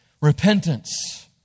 Repentance